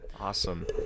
awesome